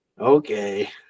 okay